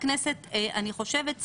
אני חושבת,